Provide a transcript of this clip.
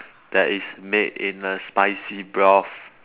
that is made in a spicy broth